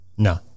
no